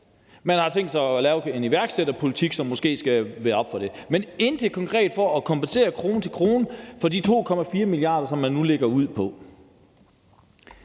Man har tænkt sig at lave en iværksætterpolitik, som måske skal dæmme op for det. Men der er intet konkret for at kompensere krone til krone for de 2,4 mia. kr., som man nu lægger ud på